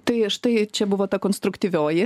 tai štai čia buvo ta konstruktyvioji